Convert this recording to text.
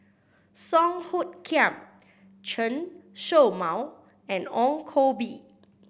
Song Hoot Kiam Chen Show Mao and Ong Koh Bee